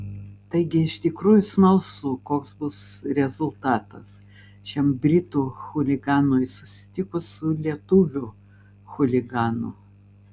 taigi iš tikrųjų smalsu koks bus rezultatas šiam britų chuliganui susitikus su lietuvių chuliganu